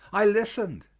i listened,